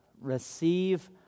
receive